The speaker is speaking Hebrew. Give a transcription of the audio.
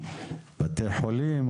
בתי חולים,